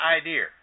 idea